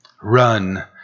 Run